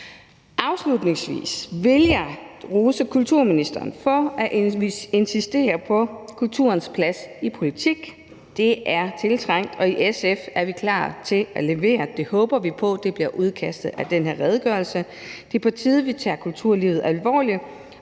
Afslutningsvis vil jeg rose kulturministeren for at insistere på kulturens plads i politik. Det er tiltrængt, og i SF er vi klar til at levere. Det håber vi på bliver udkommet af den her redegørelse. Det er på tide, vi tager kulturlivet alvorligt